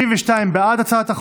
72 בעד הצעת החוק,